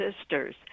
sisters